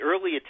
early